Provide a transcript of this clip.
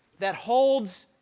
that holds,